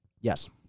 Yes